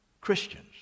Christians